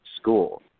school